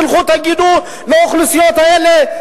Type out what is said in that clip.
תלכו ותגידו לאוכלוסיות האלה: